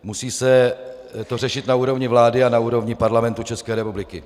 Musí se to řešit na úrovni vlády a na úrovni Parlamentu České republiky.